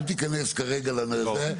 אל תיכנס כרגע לנושא,